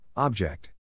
Object